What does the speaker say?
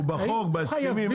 הוא בחוק, בהסכמים?